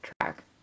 track